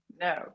No